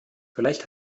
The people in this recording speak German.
vielleicht